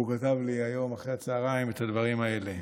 הוא כתב לי היום אחרי הצוהריים את הדברים האלה: